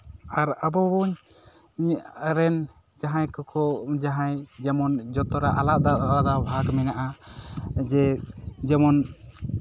ᱟᱨ ᱟᱵᱚ ᱵᱚᱱ ᱤᱧ ᱨᱮᱱ ᱡᱟᱦᱟᱸᱭ ᱠᱚᱠᱚ ᱡᱟᱦᱟᱸᱭ ᱡᱮᱢᱚᱱ ᱡᱚᱛᱨᱟ ᱟᱞᱟᱫᱟ ᱟᱞᱟᱫᱟ ᱵᱷᱟᱜᱽ ᱢᱮᱱᱟᱜᱼᱟ ᱡᱮ ᱡᱮᱢᱚᱱ